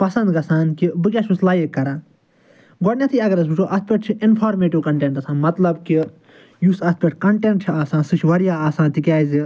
پسنٛد گژھان کہِ بہٕ کیٚاہ چھُس لایک کران گۄڈٕنیتھے اگر أسۍ وٕچھو اتھ پیٮ۪ٹھ چھُ انفارمیٹِو کنٹیٚنٹ آسان مطلب کہِ یُس اتھ پٮ۪ٹھ کنٹیٚنٹ چھُ آسان سُہ چھُ واریاہ آسان تِکیٚازِ